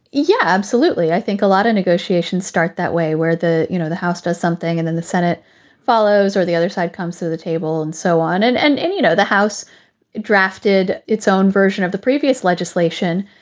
yeah, absolutely. i think a lot of negotiations start that way where the, you know, the house does something and then the senate follows or the other side comes to the table and so on. and, and and you know, the house drafted its own version of the previous legislation,